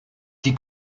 die